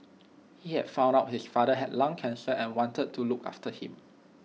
he had found out his father had lung cancer and wanted to look after him